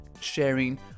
sharing